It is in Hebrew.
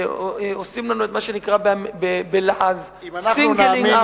עושים לנו את מה שנקרא בלעז: singling out.